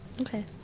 Okay